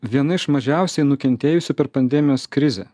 viena iš mažiausiai nukentėjusių per pandemijos krizę